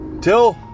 till